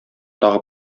тагы